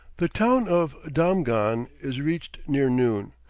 the town of damghan is reached near noon,